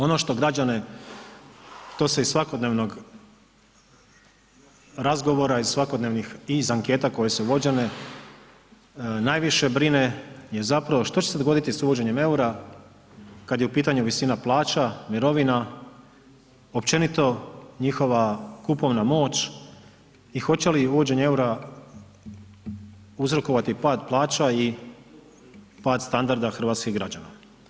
Ono što građane, to se i iz svakodnevnog razgovora, iz svakodnevnih i iz anketa koje su vođene najviše brine je zapravo što će se dogoditi sa uvođenjem eura kada je u pitanju visina plaća, mirovina, općenito njihova kupovna moć i hoće li uvođenje eura uzrokovati pad plaća i pad standarda hrvatskih građana.